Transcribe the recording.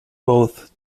both